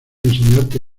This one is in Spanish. enseñarte